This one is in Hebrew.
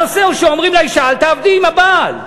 הנושא הוא שאומרים לאישה: אל תעבדי עם הבעל.